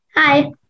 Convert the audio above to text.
Hi